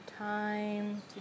Time